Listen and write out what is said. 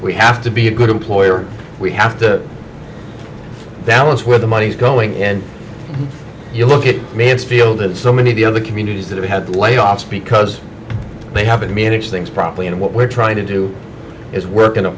we have to be a good employer we have to balance where the money's going and you look at mansfield and so many of the other communities that have had layoffs because they haven't managed things properly and what we're trying to do is work in a